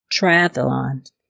triathlon